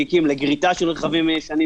באכיפה פלילית רגילה של הגשת כתב אישום